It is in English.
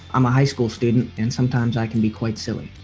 i'm a high school student and sometimes i can be quite silly.